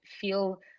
feel